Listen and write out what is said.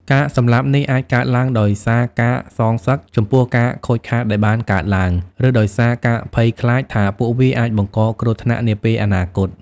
ការសម្លាប់នេះអាចកើតឡើងដោយសារការ សងសឹក ចំពោះការខូចខាតដែលបានកើតឡើង ឬដោយសារការ ភ័យខ្លាច ថាពួកវាអាចបង្កគ្រោះថ្នាក់នាពេលអនាគត។